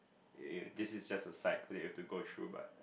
eh this is just a cycle you have to go through but